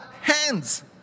hands